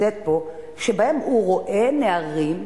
שבהם הוא רואה נערים,